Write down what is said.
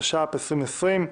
התש"ף-2020,